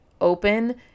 open